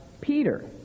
Peter